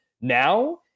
now